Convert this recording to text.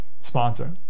sponsor